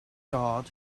guard